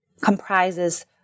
comprises